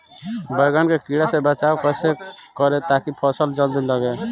बैंगन के कीड़ा से बचाव कैसे करे ता की फल जल्दी लगे?